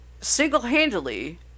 single-handedly